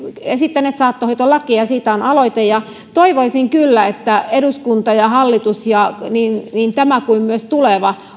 esittäneet saattohoitolakia ja siitä on aloite ja toivoisin kyllä että eduskunta ja hallitus niin niin tämä kuin myös tuleva